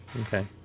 Okay